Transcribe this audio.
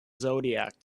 zodiac